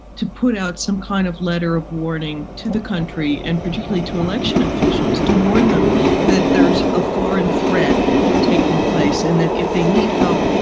to put out some kind of letter of warning to the country and particularly to election officials to warn them that there's a foreign threat taking place and that if they need help,